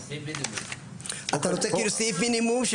אתה רוצה סעיף מינימום?